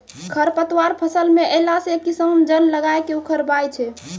खरपतवार फसल मे अैला से किसान जन लगाय के उखड़बाय छै